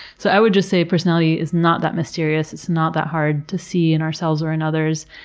so i would just say personality is not that mysterious, it's not that hard to see in ourselves or in others.